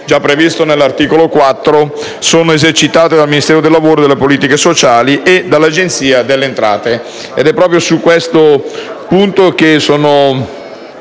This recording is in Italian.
già previsto nell'articolo 4, sono esercitate dal Ministero del lavoro e delle politiche sociali e dall'Agenzia delle entrate. È proprio su questo punto che si